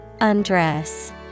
Undress